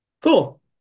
Cool